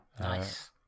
Nice